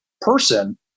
person